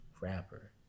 rapper